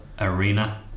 Arena